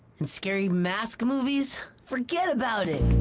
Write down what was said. and scary mask movies? forget about it!